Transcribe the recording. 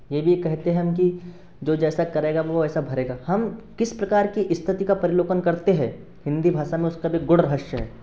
ये भी कहते हैं हम कि जो जैसा करेगा वो ऐसा भरेगा हम किस प्रकार की स्थिति का परलोकन करते हैं हिंदी भाषा में उसका भी गूढ़ रहस्य है